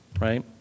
Right